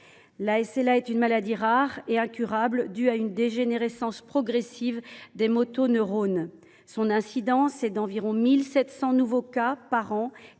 La SLA est une maladie rare et incurable, elle est due à une dégénérescence progressive des motoneurones. Son incidence est d’environ 1 700 nouveaux cas par an,